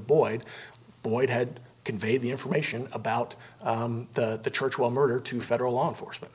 boyd boyd had conveyed the information about the church will murder to federal law enforcement